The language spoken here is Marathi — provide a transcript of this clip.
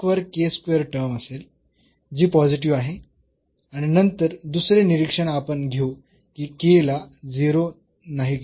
तर आपल्याकडे टर्म असेल जी पॉझिटिव्ह आहे आणि नंतर दुसरे निरीक्षण आपण घेऊ की k ला 0 नाही घेणार